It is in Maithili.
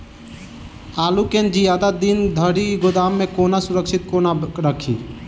आलु केँ जियादा दिन धरि गोदाम मे कोना सुरक्षित कोना राखि?